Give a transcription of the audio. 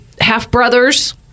half-brothers